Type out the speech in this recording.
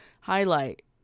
highlight